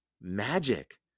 Magic